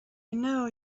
know